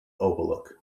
overlook